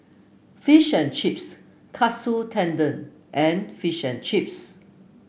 Fish and Chips Katsu Tendon and Fish and Chips